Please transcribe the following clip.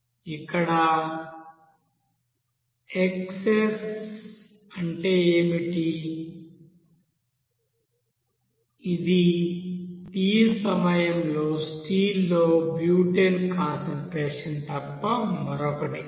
ఇక్కడ xs అంటే ఏమిటి xs అనేది t సమయంలో స్టీల్ లో బ్యూటేన్ కాన్సంట్రేషన్ తప్ప మరొకటి కాదు